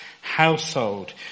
household